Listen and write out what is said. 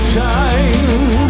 time